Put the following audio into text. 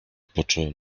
poczułem